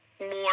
more